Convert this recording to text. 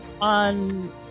on